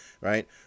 right